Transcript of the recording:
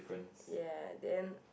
ya then